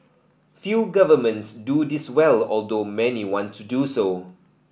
few governments do this well although many want to do so